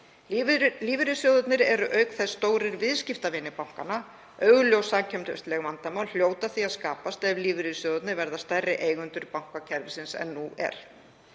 Lífeyrissjóðirnir eru auk þess stórir viðskiptavinir bankanna. Augljós samkeppnisleg vandamál hljóta því að skapast ef lífeyrissjóðirnir verða stærri eigendur bankakerfisins en nú er.